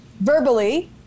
verbally